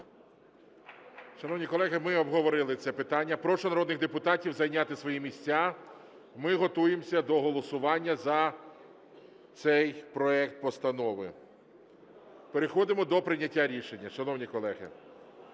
Шановні колеги, ми обговорили це питання. Прошу народних депутатів зайняти свої місця, ми готуємося до голосування за цей проект постанови. Переходимо до прийняття рішення, шановні колеги.